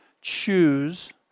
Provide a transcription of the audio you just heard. choose